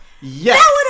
Yes